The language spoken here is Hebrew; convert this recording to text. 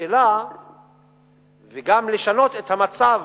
שלה וגם לשנות את המצב